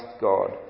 God